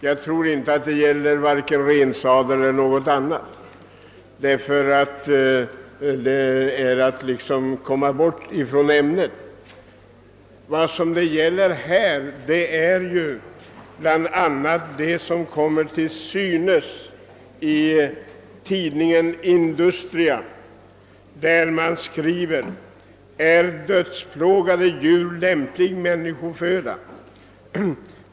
Här är det inte fråga om vare sig rensadel eller något annat sådant; att tala om det är att komma bort från ämnet. Vad det här gäller är bl.a. det problem som kommit till synes i tidskriften Industria, där man skriver: »Är dödsplågade djur lämplig människoföda?